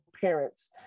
parents